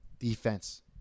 Defense